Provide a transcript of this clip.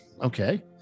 okay